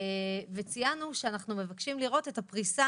ציינו שאנחנו מבקשים לראות את הפריסה